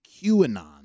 QAnon